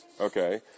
okay